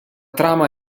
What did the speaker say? trama